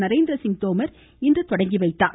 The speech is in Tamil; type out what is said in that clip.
நரேந்திரசிங் தோமர் இன்று தொடங்கிவைத்தார்